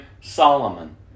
Solomon